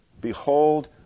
Behold